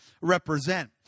represent